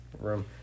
room